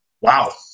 wow